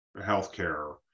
healthcare